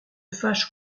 fâche